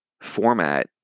format